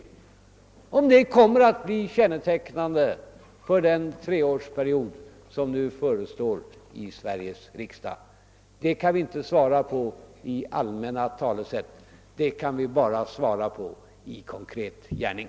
Då får vi veta vilket som kommer att bli kännetecknande för den treårsperiod som förestår i Sveriges riksdag. Det kan man inte svara på med allmänna talesätt utan endast i konkret gärning.